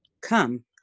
Come